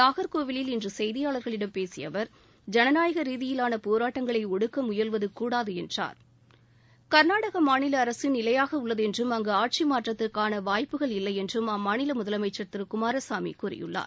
நாகர்கோவிலில் இன்று செய்தியாளர்களிடம் பேசிய அவர் ஜனநாயக ரீதியிலான போராட்டங்களை ஒடுக்க முயல்வது கூடாது என்றார் கர்நாடக மாநில அரசு நிலையாக உள்ளது என்றும் அங்கு ஆட்சி மாற்றத்துக்கான வாய்ப்புகள் இல்லை என்றும் அம்மாநில முதலமைச்சா் திரு எச் டி குமாரசாமி கூறியுள்ளார்